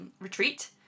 Retreat